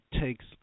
takes